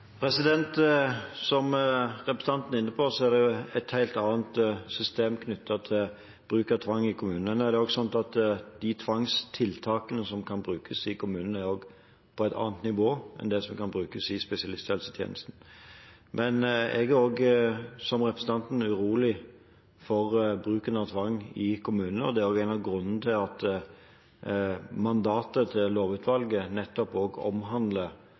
Som representanten er inne på, er det et helt annet system knyttet til bruk av tvang i kommunene. Det er slik at de tvangstiltakene som kan brukes i kommunene, også er på et annet nivå enn det som kan brukes i spesialisthelsetjenesten. Men jeg er også, som representanten, urolig for bruken av tvang i kommunene. Det er en av grunnene til at mandatet til lovutvalget nettopp omhandler problemstillinger knyttet til ulik regulering, bruk, registrering og